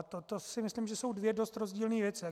To si myslím, že jsou dvě dost rozdílné věci.